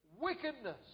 wickedness